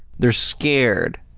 they're scared.